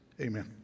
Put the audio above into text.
Amen